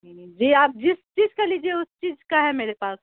جی آپ جس چیز کا لیجیے اس چیز کا ہے میرے پاس